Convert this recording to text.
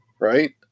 right